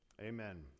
Amen